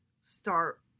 start